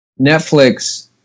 Netflix